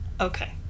Okay